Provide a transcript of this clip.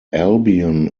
albion